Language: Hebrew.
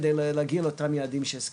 כדי להגיע לאותם יעדים שהזכרת.